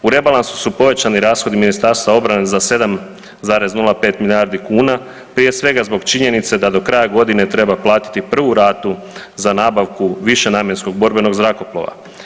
U rebalansu su povećani rashodi Ministarstva obrane za 7.05 milijardi kuna, prije svega zbog činjenice da do kraja godine treba platiti prvu ratu za nabavku višenamjenskog borbenog zrakoplova.